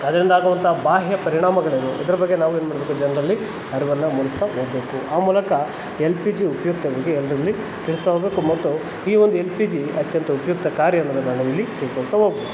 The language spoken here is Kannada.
ಅದರಿಂದ ಆಗುವಂಥ ಬಾಹ್ಯ ಪರಿಣಾಮಗಳೇನು ಅದರ ಬಗ್ಗೆ ನಾವೇನ್ಮಾಡಬೇಕು ಜನರಲ್ಲಿ ಅರಿವನ್ನು ಮೂಡಿಸ್ತ ಹೋಗ್ಬೇಕು ಆ ಮೂಲಕ ಎಲ್ ಪಿ ಜಿ ಉಪಯುಕ್ತದ್ ಬಗ್ಗೆ ಎಲ್ಲರಲ್ಲಿ ತಿಳಿಸ್ತ ಹೋಗ್ಬೇಕು ಮತ್ತು ಈ ಒಂದು ಎಲ್ ಪಿ ಜಿ ಅತ್ಯಂತ ಉಪಯುಕ್ತಕಾರಿ ಅನ್ನೋದನ್ನ ನಾನಿಲ್ಲಿ ತಿಳ್ಕೊಳ್ತ ಹೋಗ್ಬೋದ್